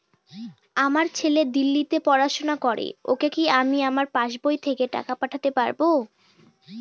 আমার ছেলে দিল্লীতে পড়াশোনা করে ওকে কি আমি আমার পাসবই থেকে টাকা পাঠাতে পারব?